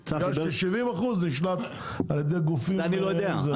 70% נשלט על ידי גופים -- אני לא יודע.